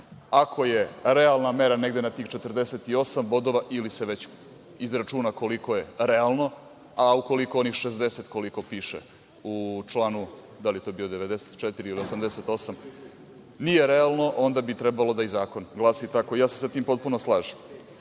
Ako je realna mera negde na tih 48 bodova ili se već izračuna koliko je realno, ukoliko onih 60, koliko piše u član, da li je to bio 94. ili 88, nije realno, onda bi trebalo da i zakon glasi tako. Ja se sa tim potpuno slažem. Sa